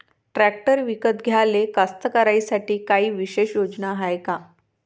Tractor विकत घ्याले कास्तकाराइसाठी कायी विशेष योजना हाय का?